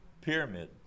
pyramid